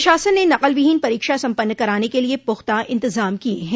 प्रशासन ने नकलविहीन परीक्षा सम्पन्न कराने के लिये पुख्ता इंतजाम किये है